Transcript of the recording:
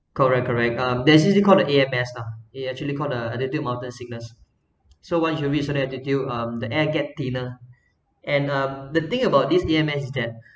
correct correct uh there's a disease call the A_M_S stuff it actually called the attitude mountain sickness so once you reach certain altitude um the air get thinner and uh the thing about this A_M_S is that